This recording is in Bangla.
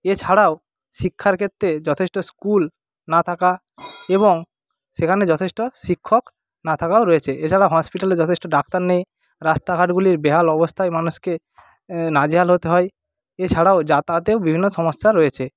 এছাড়াও শিক্ষার ক্ষেত্রে যথেষ্ট স্কুল না থাকা এবং সেখানে যথেষ্ট শিক্ষক না থাকাও রয়েছে এছাড়া হসপিটালে যথেষ্ট ডাক্তার নেই রাস্তাঘাটগুলির বেহাল অবস্থায় মানুষকে নাজেহাল হতে হয় এছাড়াও যাতায়াতেও বিভিন্ন সমস্যা রয়েছে